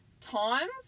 Times